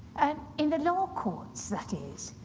and in the law courts, that is.